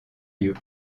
lieux